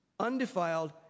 undefiled